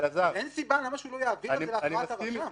אין סיבה שהוא לא יעביר את זה להכרעת הרשם.